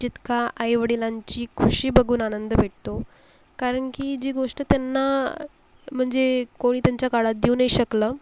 जितका आईवडिलांची खुशी बघून आनंद भेटतो कारण की जी गोष्ट त्यांना म्हणजे कोणी त्यांच्या काळात देऊ नाही शकलं